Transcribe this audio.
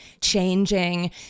changing